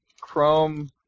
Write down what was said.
Chrome